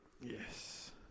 Yes